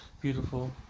beautiful